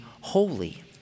holy